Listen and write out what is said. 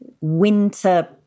winter